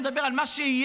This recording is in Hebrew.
אני מדבר על מה שיהיה.